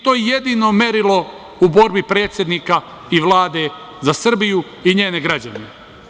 To je jedino merilo u borbi predsednika i Vlade za Srbiju i njene građane.